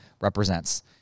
represents